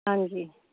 ਹਾਂਜੀ